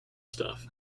stuff